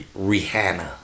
Rihanna